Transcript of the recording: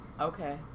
Okay